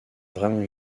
vraiment